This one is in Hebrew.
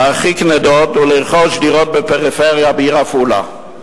להרחיק נדוד ולרכוש דירות בפריפריה, בעיר עפולה.